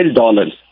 dollars